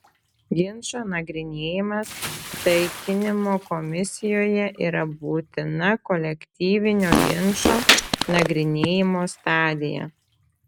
ginčo nagrinėjimas taikinimo komisijoje yra būtina kolektyvinio ginčo nagrinėjimo stadija